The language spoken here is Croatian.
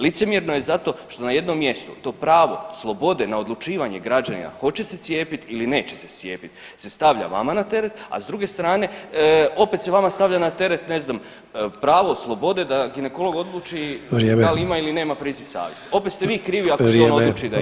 Licemjerno je zato što na jednom mjestu to pravo slobode na odlučivanje građanina hoće se cijepiti ili neće se cijepiti se stavlja vama na teret, a s druge strane opet se vama stavlja na teret ne znam pravo slobode da ginekolog odluči da li ima ili nema priziv savjesti [[Upadica Sanader: Vrijeme, vrijeme.]] Opet ste vi krivi ako se on odluči da ima.